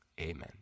amen